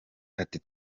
ati